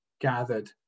gathered